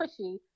pushy